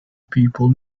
people